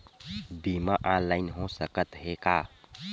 बीमा ऑनलाइन हो सकत हे का?